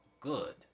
Good